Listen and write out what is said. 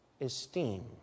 esteem